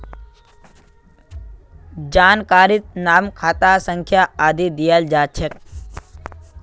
जानकारीत नाम खाता संख्या आदि दियाल जा छेक